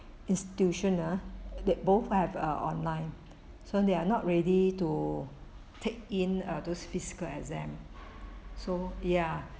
institution ah that both have ah online so they are not ready to take in uh those physical exam so ya